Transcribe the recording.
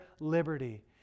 liberty